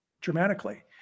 dramatically